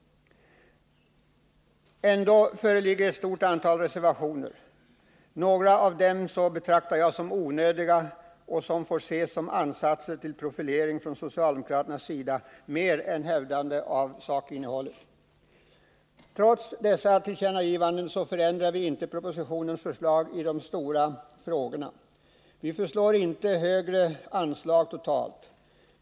Ändå föreligger ett stort antal reservationer. Några av dem betraktar jag som onödiga. De får ses som ansatser till profilering från socialdemokraternas sida mer än hävdande av sakinnehållet. Trots dessa tillkännagivanden så förändrar vi inte propositionens förslag i de stora frågorna. Vi föreslår inte högre anslag totalt.